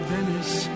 Venice